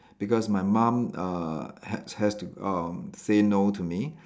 because my mum uh has has to um say no to me